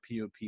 POP